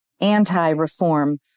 anti-reform